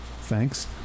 thanks